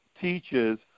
teaches